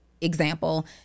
example